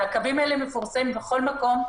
והקווים האלה מפורסמים בכל מקום,